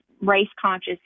race-conscious